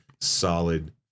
solid